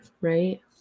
right